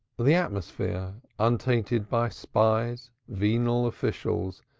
the atmosphere, untainted by spies, venal officials,